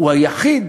הוא היחיד